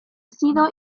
sido